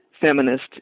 feminist